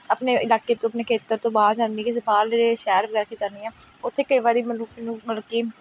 ਆਪਣੇ ਇਲਾਕੇ ਤੋਂ ਆਪਣੇ ਖੇਤਰ ਤੋਂ ਬਾਹਰ ਜਾਂਦੀ ਕਿਸੇ ਬਾਹਰਲੇ ਸ਼ਹਿਰ ਵਗੈਰਾ ਕਿਤੇ ਜਾਂਦੀ ਹਾਂ ਉੱਥੇ ਕਈ ਵਾਰੀ ਮੈਨੂੰ ਮੈਨੂੰ ਮਤਲਬ ਕਿ